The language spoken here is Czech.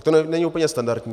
To není úplně standardní.